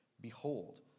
Behold